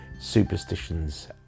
superstitions